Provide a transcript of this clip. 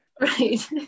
Right